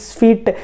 feet